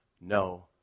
no